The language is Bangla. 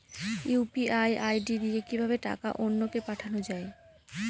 ইউ.পি.আই আই.ডি দিয়ে কিভাবে টাকা অন্য কে পাঠানো যায়?